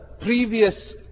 previous